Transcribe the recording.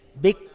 big